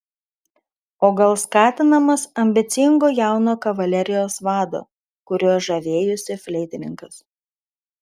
o gal skatinamas ambicingo jauno kavalerijos vado kuriuo žavėjosi fleitininkas